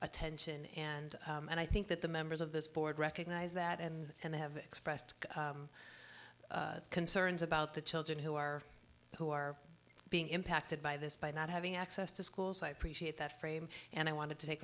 attention and and i think that the members of this board recognise that and and they have expressed concerns about the children who are who are being impacted by this by not having access to schools i appreciate that frame and i wanted to take